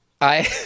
I-